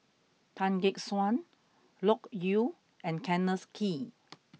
Tan Gek Suan Loke Yew and Kenneth Kee